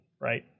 right